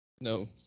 no